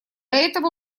этого